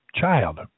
child